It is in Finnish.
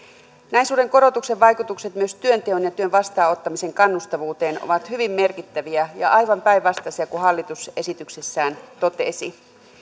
näin suuren korotuksen vaikutukset myös työnteon ja työn vastaanottamisen kannustavuuteen ovat hyvin merkittäviä ja aivan päinvastaisia kuin hallitus esityksessään totesi